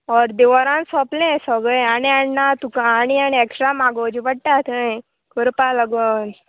अर्दे वरान सोंपलें सगळें आनी आनी ना तुका आनी आनी एक्स्ट्रा मागोवचे पडटा थंय करपा लागोन